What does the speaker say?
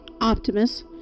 Optimus